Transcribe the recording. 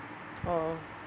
oh